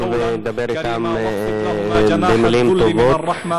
דבר אתם במילים טובות